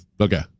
Okay